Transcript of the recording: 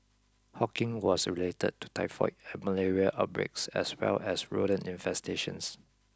hawking was related to typhoid and malaria outbreaks as well as rodent infestations